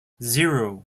zero